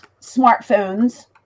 smartphones